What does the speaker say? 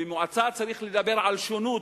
במועצה צריך לדבר על שונות,